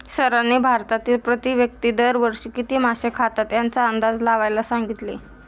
सरांनी भारतातील प्रति व्यक्ती दर वर्षी किती मासे खातात याचा अंदाज लावायला सांगितले?